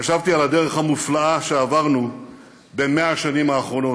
חשבתי על הדרך המופלאה שעברנו ב-100 השנים האחרונות.